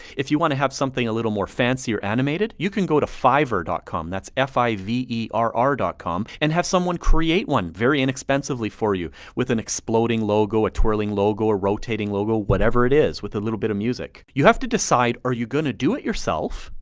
if you wanna having something a little more fancy or animated, you can go to fiverr dot com that's f i v e r r com and have someone create one. very inexpensively for you. with an exploding logo, a twirling logo, a rotating logo, whatever it is, with a little bit of music. you have to decide, are you gonna do it yourself?